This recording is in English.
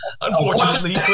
unfortunately